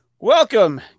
Welcome